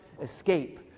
escape